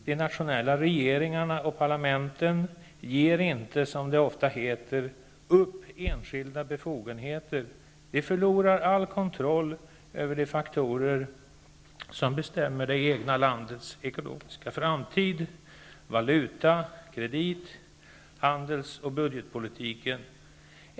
De nationella regeringarna och parlamenten ger inte, som det ofta heter ''upp enskilda befogenheter'', de förlorar all kontroll över de faktorer som bestämmer det egna landets ekonomiska framtid: valuta-, kredit-, handels och budgetpolitiken.